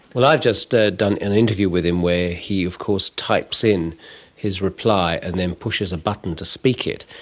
well, i've just ah done an interview with him where he of course types in his reply and then pushes a button to speak it.